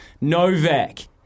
Novak